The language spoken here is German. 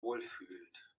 wohlfühlt